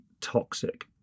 toxic